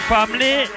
Family